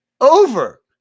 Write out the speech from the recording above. over